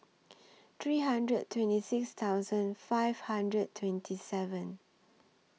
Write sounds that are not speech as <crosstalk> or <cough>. <noise> three hundred twenty six thousand five hundred twenty seven